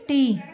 tea